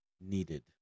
needed